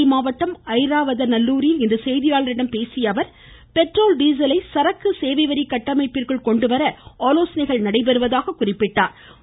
மதுரை மாவட்டம் ஐராவதநல்லூரில் இன்று செய்தியாளர்களிடம் பேசிய அவர் பெட்ரோல் டீசலை சரக்கு சேவை வரி கட்டமைப்பிற்குள் கொண்டு வர ஆலோசனை நடைபெறுவதாக குறிப்பிட்டார்